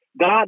God